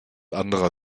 anderer